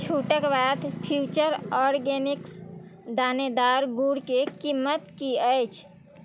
छूटके बाद Future Organics दानेदार गुड़के कीमत की अछि